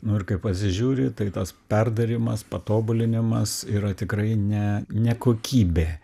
nu ir kai pasižiūri tai tas perdarymas patobulinimas yra tikrai ne ne kokybė